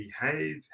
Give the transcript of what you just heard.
behave